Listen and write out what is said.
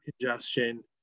congestion